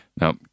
Now